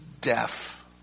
deaf